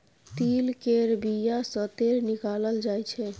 तिल केर बिया सँ तेल निकालल जाय छै